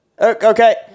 Okay